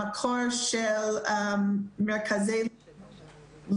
המגבלה היחידה שיש על עובדי רשויות בהטלת קנסות זה שהם